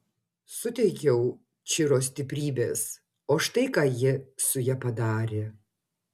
suteikiau čiro stiprybės o štai ką ji su ja padarė